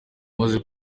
amaze